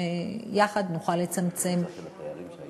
שיחד נוכל לצמצם, בצורה של,